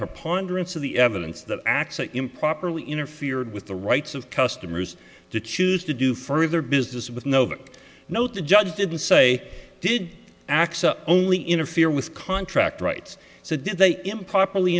preponderance of the evidence that acts improperly interfered with the rights of customers to choose to do further business with no note the judge didn't say did x only interfere with contract rights so did they improperly